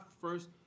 first